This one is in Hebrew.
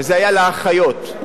וזה היה לגבי האחיות.